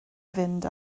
fynd